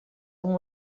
amb